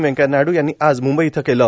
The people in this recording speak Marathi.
व्यंकय्या नायडू यांनी आज मुंबई इथं केले